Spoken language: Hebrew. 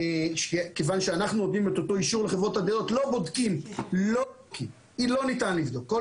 לא בודקים כי לא ניתן לבדוק מי שמכיר,